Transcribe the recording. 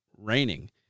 raining